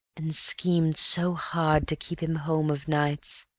and schemed so hard to keep him home of nights!